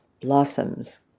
blossoms